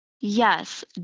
Yes